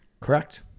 Correct